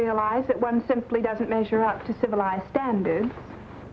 realize that one simply doesn't measure up to civilized standards